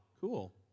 cool